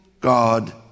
God